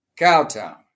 cowtown